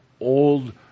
old